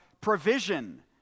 provision